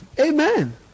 Amen